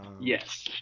yes